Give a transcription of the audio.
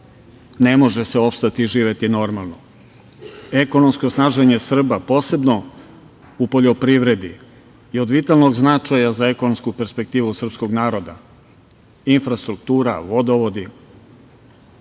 ne može se opstati i živeti normalno. Ekonomsko snaženje Srba, posebno u poljoprivredi, je od vitalnog značaja za ekonomsku perspektivu srpskog naroda. Infrastruktura, vodovodi,